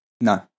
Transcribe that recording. No